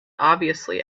obviously